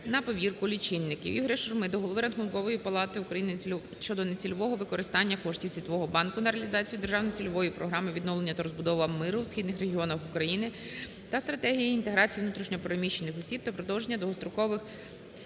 на повірку лічильників. ІгоряШурми до голови Рахункової палати України щодо нецільового використання коштів Світового банку на реалізацію Державної цільової програми "Відновлення та розбудова миру в східних регіонах України" та "Стратегії інтеграції внутрішньо переміщених осіб та провадження довгострокових